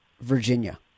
Virginia